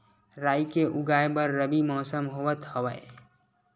राई के उगाए बर रबी मौसम होवत हवय?